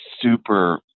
super